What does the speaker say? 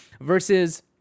versus